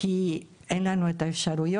כי אין לנו את האפשרויות.